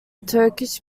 turkish